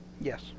Yes